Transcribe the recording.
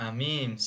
Amen